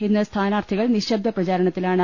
ഇന്ന് സ്ഥാനാർത്ഥി കൾ നിശ്ശബ്ദ പ്രചാരണത്തിലാണ്